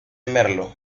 merlo